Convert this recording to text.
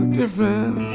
different